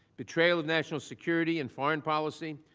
betrayal of national security and foreign policy,